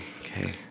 Okay